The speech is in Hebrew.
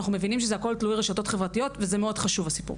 ואנחנו מבינים שהכל תלוי רשתות חברתיות וזה מאוד חשוב הסיפור.